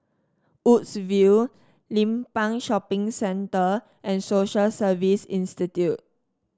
Woodsville Limbang Shopping Centre and Social Service Institute